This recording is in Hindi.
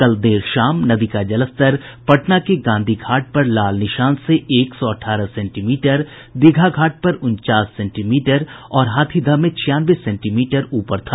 कल देर शाम नदी का जलस्तर पटना के गांधी घाट पर लाल निशान से एक सौ अठारह सेंटी मीटर दीघा घाट पर उनचास सेंटी मीटर और हाथीदह में छियानवे सेंटी मीटर ऊपर था